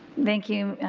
thank you,